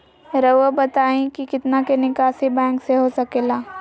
रहुआ बताइं कि कितना के निकासी बैंक से हो सके ला?